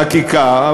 בחקיקה,